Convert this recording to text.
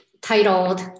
titled